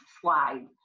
slide